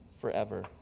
forever